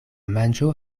manĝo